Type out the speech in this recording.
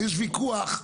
יש ויכוח,